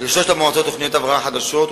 לשלוש המועצות תוכניות הבראה חדשות,